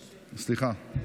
סליחה.